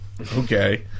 Okay